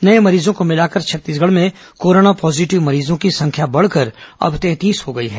नए मरीजों को मिलाकर छत्तीसगढ़ में कोरोना पॉजीटिव मरीजों की संख्या बढ़कर अब तैंतीस हो गई है